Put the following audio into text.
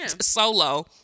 solo